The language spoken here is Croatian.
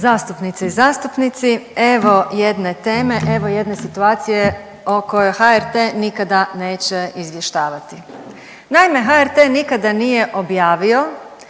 Zastupnice i zastupnici. Evo jedne teme, evo jedne situacije o kojoj HRT nikada neće izvještavati. Naime, HRT nikada nije objavio